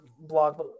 blog